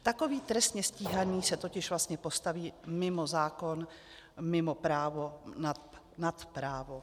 Takový trestně stíhaný se totiž vlastně postaví mimo zákon, mimo právo, nad právo.